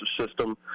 system